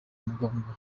muganga